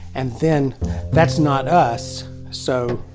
and then that's not us, so